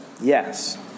Yes